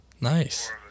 nice